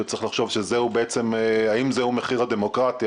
שצריך לחשוב האם זהו מחיר הדמוקרטיה.